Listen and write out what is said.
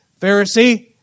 Pharisee